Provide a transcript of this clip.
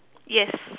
yes